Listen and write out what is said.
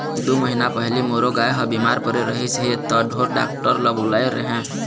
दू महीना पहिली मोरो गाय ह बिमार परे रहिस हे त ढोर डॉक्टर ल बुलाए रेहेंव